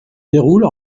déroule